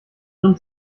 grimm